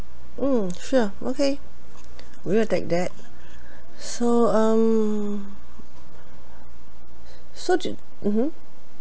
mm sure okay we will take that so um so do~ mmhmm